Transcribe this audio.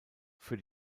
für